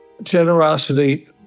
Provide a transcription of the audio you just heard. Generosity